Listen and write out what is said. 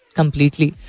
completely